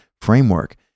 framework